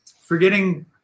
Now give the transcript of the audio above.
forgetting